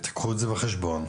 קחו את זה בחשבון.